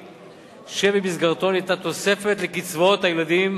שבמסגרתו ניתנה תוספת לקצבאות הילדים